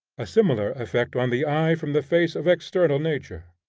a similar effect on the eye from the face of external nature.